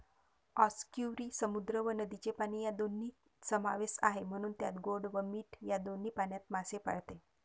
आस्कियुरी समुद्र व नदीचे पाणी या दोन्ही समावेश आहे, म्हणून त्यात गोड व मीठ या दोन्ही पाण्यात मासे पाळते